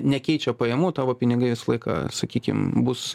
nekeičia pajamų tavo pinigai visą laiką sakykim bus